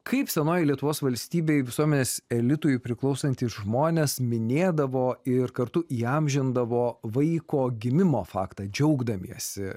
kaip senoji lietuvos valstybei visuomenės elitui priklausantys žmonės minėdavo ir kartu įamžindavo vaiko gimimo faktą džiaugdamiesi